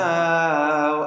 now